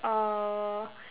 uh